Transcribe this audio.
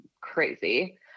crazy